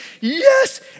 yes